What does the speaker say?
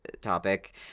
topic